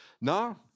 now